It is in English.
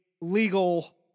legal